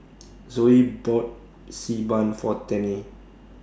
Zoe bought Xi Ban For Tennie